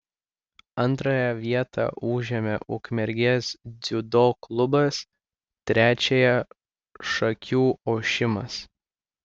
antrąją vietą užėmė ukmergės dziudo klubas trečiąją šakių ošimas